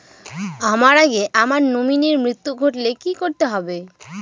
আমার আগে আমার নমিনীর মৃত্যু ঘটলে কি করতে হবে?